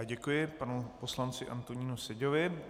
Děkuji panu poslanci Antonínu Seďovi.